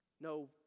No